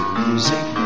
music